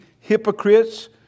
hypocrites